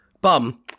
bum